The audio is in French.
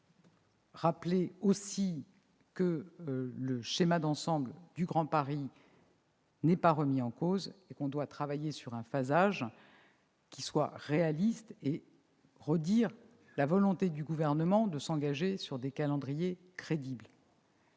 rappeler que le schéma d'ensemble du Grand Paris n'est pas remis en cause et que l'on doit travailler sur un phasage réaliste. Je souhaite enfin redire la volonté du Gouvernement de s'engager sur des calendriers crédibles,